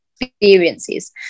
experiences